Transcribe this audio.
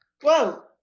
Whoa